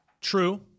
true